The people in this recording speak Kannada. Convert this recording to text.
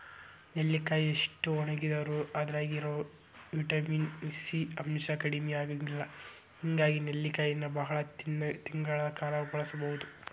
ನೆಲ್ಲಿಕಾಯಿ ಎಷ್ಟ ಒಣಗಿದರೂ ಅದ್ರಾಗಿರೋ ವಿಟಮಿನ್ ಸಿ ಅಂಶ ಕಡಿಮಿ ಆಗಂಗಿಲ್ಲ ಹಿಂಗಾಗಿ ನೆಲ್ಲಿಕಾಯಿನ ಬಾಳ ತಿಂಗಳ ಕಾಲ ಬಳಸಬೋದು